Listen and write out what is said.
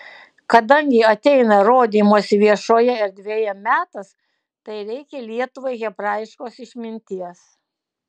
kadangi ateina rodymosi viešoje erdvėje metas tai reikia lietuvai hebrajiškos išminties